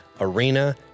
arena